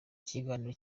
ikiganiro